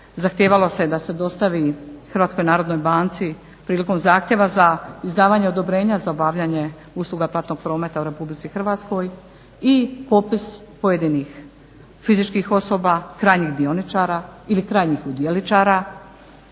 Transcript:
zahtijevalo se da se dostavi HNB-u prilikom zahtjeva za izdavanje odobrenja za obavljanje usluga platnog prometa u Republici Hrvatskoj i popis pojedinih fizičkih osoba, krajnjih dioničara ili krajnjih udjeličara